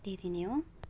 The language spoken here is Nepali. त्यही चाहिँ नि हो